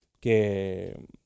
que